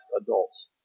adults